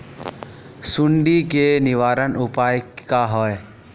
सुंडी के निवारण उपाय का होए?